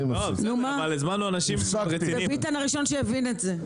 ביטן הראשון שהבין את זה.